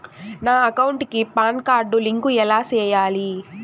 నా అకౌంట్ కి PAN card link ఎలా సేయాలి